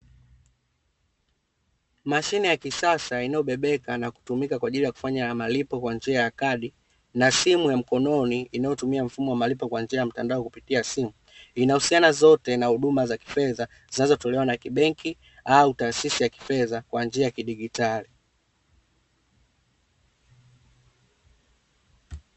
Mashine ya kisasa inayobebeka na kutumika kwa ajili ya kufanya malipo kwa njia ya kadi na simu ya mkononi inayotumia mfumo wa malipo kwa njia ya mtandao kupitia simu inahusiana zote na huduma za kifedha zinazotolewa na kibenki au taasisi ya kifedha kwa njia ya kidijitali.